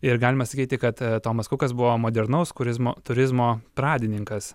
ir galima sakyti kad tomas kukas buvo modernaus kurizmo turizmo pradininkas